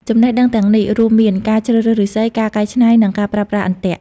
ចំណេះដឹងទាំងនេះរួមមាន ការជ្រើសរើសឫស្សី ការកែច្នៃ និងការប្រើប្រាស់អន្ទាក់។